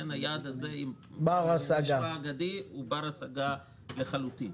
היעד הזה הוא בר-השגה לחלוטין.